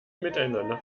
miteinander